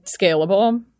scalable